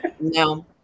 No